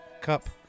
cup